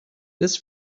this